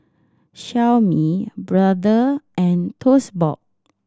Xiaomi Brother and Toast Box